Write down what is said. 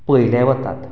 पळयिल्ले वतात